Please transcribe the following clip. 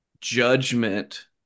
judgment